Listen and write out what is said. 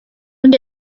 und